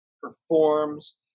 performs